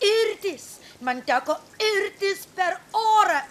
irtis man teko irtis per orą